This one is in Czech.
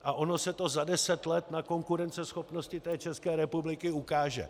A ono se to za deset let na konkurenceschopnosti té České republiky ukáže.